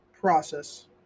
process